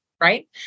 right